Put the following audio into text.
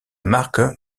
marque